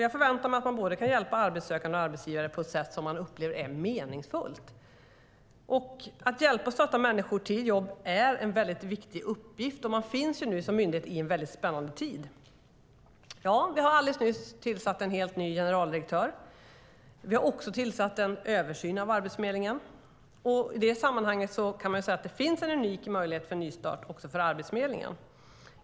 Jag förväntar mig att man kan hjälpa både arbetssökande och arbetsgivare på ett sätt som de upplever är meningsfullt. Att hjälpa och stötta människor till jobb är en viktig uppgift. Arbetsförmedlingen befinner sig i en spännande tid. Vi har alldeles nyss tillsatt en helt ny generaldirektör, och vi har också tillsatt en utredning som ska göra en översyn av Arbetsförmedlingen. I det sammanhanget finns en unik möjlighet till nystart också för Arbetsförmedlingen.